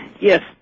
Yes